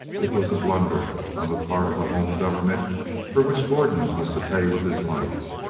it was a blunder on the part of the home government for which gordon was to pay with his life.